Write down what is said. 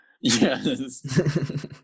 yes